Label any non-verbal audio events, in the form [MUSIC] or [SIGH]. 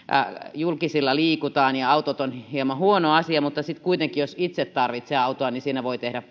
julkisilla liikutaan ja autot ovat hieman huono asia mutta sitten kuitenkin jos itse tarvitsee autoa niin siinä voi tehdä [UNINTELLIGIBLE]